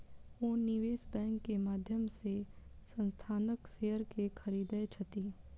ओ निवेश बैंक के माध्यम से संस्थानक शेयर के खरीदै छथि